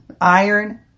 Iron